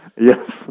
Yes